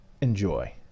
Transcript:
enjoy